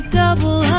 double